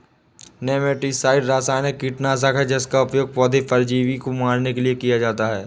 nematicide रासायनिक कीटनाशक है जिसका उपयोग पौधे परजीवी को मारने के लिए किया जाता है